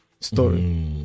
story